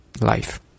life